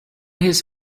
his